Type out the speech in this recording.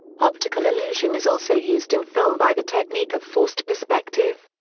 optical illusion is also used in film by the technique of forced perspective.